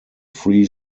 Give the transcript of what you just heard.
free